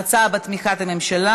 ההצעה בתמיכת הממשלה,